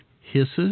hisses